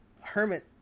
hermit